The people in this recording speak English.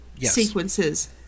sequences